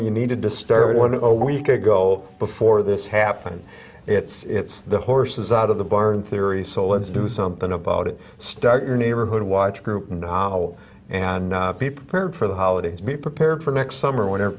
you need to disturb one a week ago before this happened it's the horses out of the barn theory so let's do something about it start your neighborhood watch group and be prepared for the holidays be prepared for next summer w